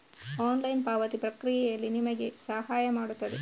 online ಪಾವತಿ ಪ್ರಕ್ರಿಯೆಯಲ್ಲಿ ನಿಮಗೆ ಸಹಾಯ ಮಾಡುತ್ತದೆ